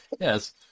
yes